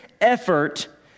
effort